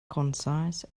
concise